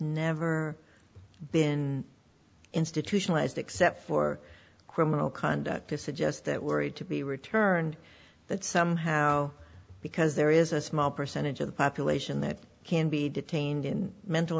never been institutionalized except for criminal conduct to suggest that worried to be returned that somehow because there is a small percentage of the population that can be detained in mental